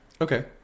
Okay